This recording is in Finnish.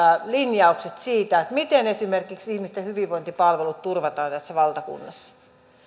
linjaukset siitä miten esimerkiksi ihmisten hyvinvointipalvelut turvataan tässä valtakunnassa